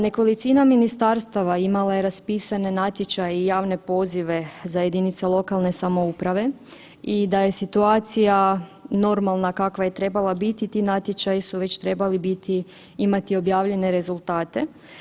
Nekolicina ministarstva imala je raspisane natječaje i javne pozive za jedinice lokalne samouprave i da je situacija normalna kakva je trebala biti ti natječaji su već trebali biti imati objavljene rezultate.